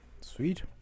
sweet